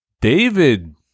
David